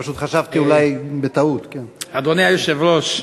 אדוני היושב-ראש,